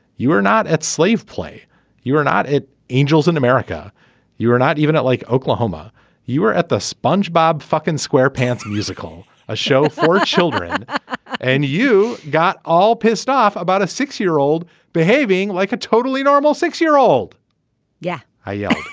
you were not at slave play you were not angels in america you were not even like oklahoma you were at the spongebob fuckin square pants musical a show for children and you got all pissed off about a six year old behaving like a totally normal six year old yeah. ah yeah.